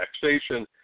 taxation